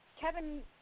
Kevin